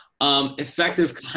Effective